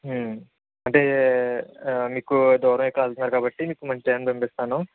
అంటే మీకు దూరంకి కావాల్సింది కాబట్టి మంచి డ్రైవర్ని పంపిస్తాను